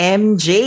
mj